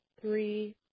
three